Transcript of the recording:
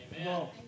Amen